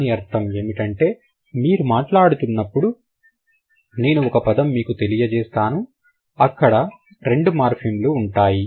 దాని అర్థం ఏమిటంటే మీరు మాట్లాడుతున్నప్పుడు నేను ఒక పదం మీకు తెలియజేస్తాను ఇక్కడ రెండు మార్ఫిమ్ లు ఉన్నాయి